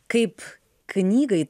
kaip knygai